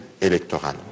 électoral